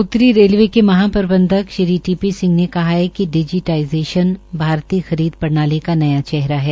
उतरी रेलवे के महाप्रबंधक श्री टी पी सिंह ने कहा है कि डिजीटाईज़ेशन भारती खरीद प्रणाली का न्या चेहरा है